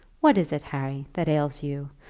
what is it, harry, that ails you?